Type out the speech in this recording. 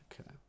okay